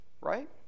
right